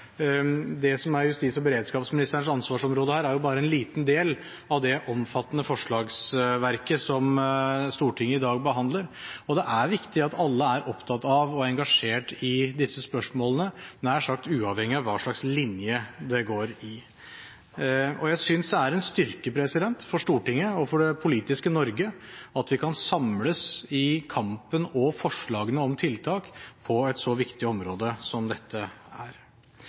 Det som er justis- og beredskapsministerens ansvarsområde her, er bare en liten del av det omfattende forslagsverket som Stortinget i dag behandler, og det er viktig at alle er opptatt av og engasjert i disse spørsmålene, nær sagt uavhengig av hva slags linje det går i. Jeg synes det er en styrke for Stortinget og for det politiske Norge at vi kan samles i kampen og om forslagene til tiltak på et så viktig område som dette er.